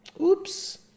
Oops